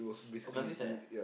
oh countryside ah